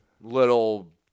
little